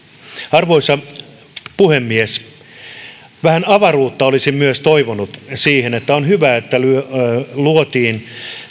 arvoisa puhemies vähän avaruutta olisin myös toivonut on hyvä että luotiin